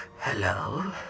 Hello